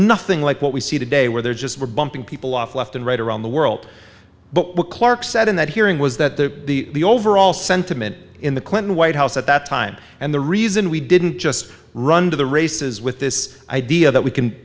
nothing like what we see today where they're just we're bumping people off left and right around the world but what clarke said in that hearing was that the the overall sentiment in the clinton white house at that time and the reason we didn't just run to the races with this idea that we can